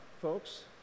folks